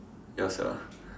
ya sia